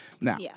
Now